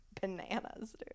bananas